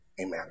Amen